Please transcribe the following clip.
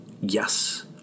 yes